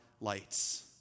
lights